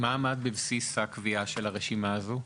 מה עמד בבסיס הקביעה של הרשימה הזאת?